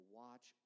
watch